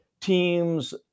teams